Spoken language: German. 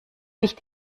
nicht